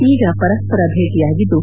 ಈಗ ಪರಸ್ಪರ ಭೇಟಿಯಾಗಿದ್ದು